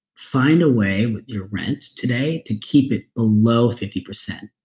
find a way with your rent today to keep it below fifty percent.